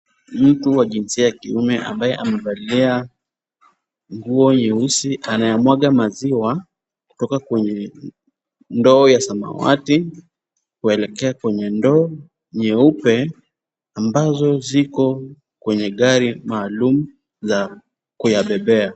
Mtu wa jinsia ya kiume ambaye amevalia nguo nyeusi anayamwaga maziwa kutoka kwenye ndoo ya samawati kuelekea kwenye ndoo nyeupe ambazo ziko kwenye gari maalum za kuyabebea.